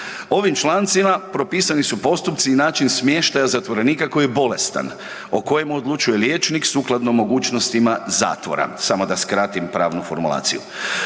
Ovim člancima propisani su postupci i način smještaja zatvorenika koji je bolestan, o kojem odlučuje liječnik sukladno mogućnostima zatvora, samo da skratim pravnu formulaciju.